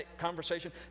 conversation